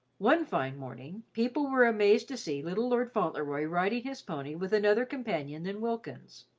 one fine morning, people were amazed to see little lord fauntleroy riding his pony with another companion than wilkins.